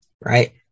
Right